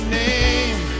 name